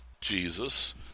Jesus